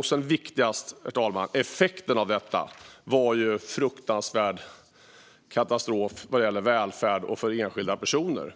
Det viktigaste, herr talman, är att effekten av detta var en fruktansvärd katastrof vad gäller välfärden och för enskilda personer.